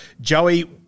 Joey